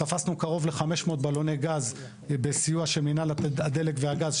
תפסנו קרוב ל-500 בלוני גז בסיוע של מנהל הדלק והגז,